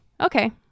Okay